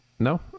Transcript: No